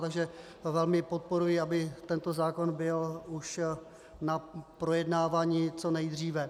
Takže velmi podporuji, aby tento zákon byl už na projednávání co nejdříve.